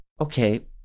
Okay